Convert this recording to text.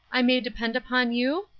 i may depend upon you?